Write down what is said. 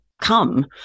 come